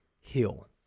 heal